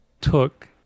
took